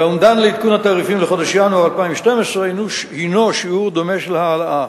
והאומדן לעדכון התעריפים לחודש ינואר 2012 הוא שיעור דומה של העלאה.